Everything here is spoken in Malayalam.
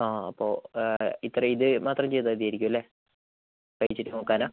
ആ അപ്പോൾ ഇത്ര ഇത് മാത്രം ചെയ്താൽ മതിയായിരിക്കുമല്ലേ പരീക്ഷിച്ച് നോക്കാനാണോ